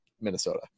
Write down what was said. Minnesota